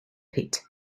pit